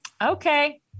Okay